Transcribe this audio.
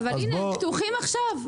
אבל הנה הם פתוחים עכשיו.